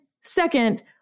second